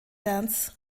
dance